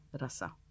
rasa